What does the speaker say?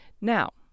Now